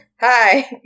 Hi